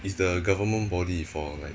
is the government body for like